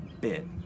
bit